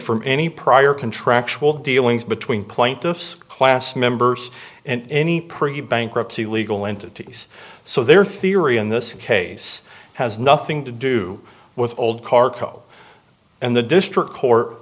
from any prior contractual dealings between plaintiffs class members and any pre bankruptcy legal entities so their theory in this case has nothing to do with old car co and the district court